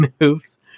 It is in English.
moves